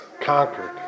conquered